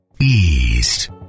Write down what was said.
East